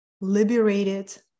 liberated